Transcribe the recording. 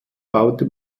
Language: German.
baute